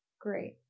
Great